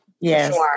Yes